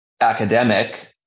academic